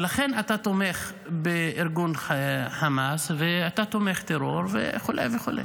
לכן אתה תומך בארגון חמאס ואתה תומך טרור וכו' וכו'.